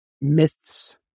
myths